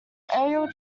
aerial